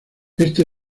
este